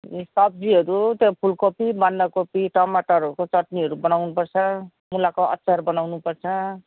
ए सब्जीहरू त्यो फुलकोपी बन्दकोपी टमाटरहरूको चट्नीहरू बनाउनुपर्छ मुलाको अचार बनाउनुपर्छ